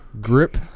Grip